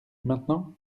maintenant